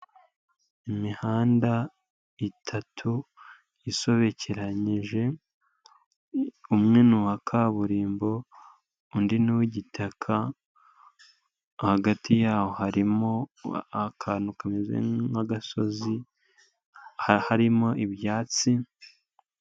Imihanda, itatu, isobekeranyije. Umwe ni uwakaburimbo, undi ni uwigitaka, hagati yaho harimo akantu kameze nk'agasozi, harimo ibyatsi.